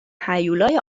هیولای